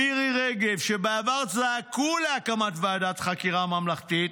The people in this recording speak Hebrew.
מירי רגב, שבעבר זעקו להקמת ועדת חקירה ממלכתית,